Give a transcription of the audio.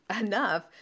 enough